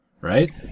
right